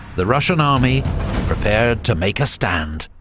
the russian army prepared to make a stand.